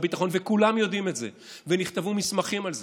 וכולם יודעים את זה, ונכתבו מסמכים על זה.